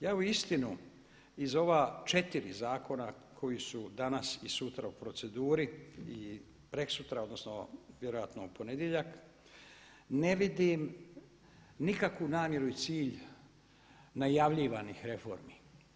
Ja uistinu iz ova 4 zakona koji su danas i sutra u proceduri i prekosutra odnosno vjerojatno u ponedjeljak ne vidim nikakvu namjeru i cilj najavljivanih reformi.